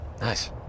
Nice